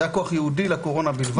זה היה כוח ייעודי לקורונה בלבד.